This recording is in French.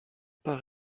pas